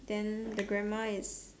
then the grandma is